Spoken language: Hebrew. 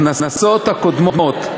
הכנסות הקודמות.